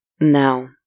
Now